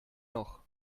noch